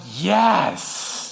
yes